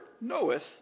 knoweth